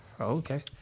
Okay